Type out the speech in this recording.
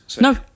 no